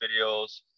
videos